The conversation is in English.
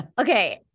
okay